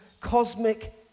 cosmic